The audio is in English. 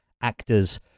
actors